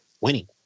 winning